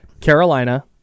Carolina